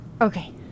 Okay